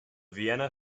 vienna